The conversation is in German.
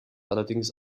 allerdings